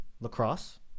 lacrosse